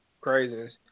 Craziness